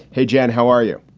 hey, jen, how are you?